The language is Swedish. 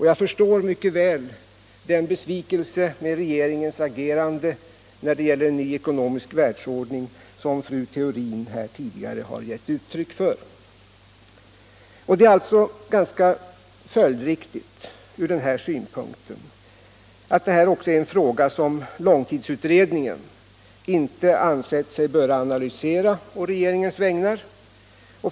Jag förstår mycket väl den besvikelse över regeringens agerande eller brist på agerande när det gäller en ny ekonomisk världsordning som fru Theorin här tidigare gett uttryck åt. Det är alltså ur den här synpunkten ganska följdriktigt att detta är en fråga som långtidsutredningen inte ansett sig böra analysera å regeringens vägnar.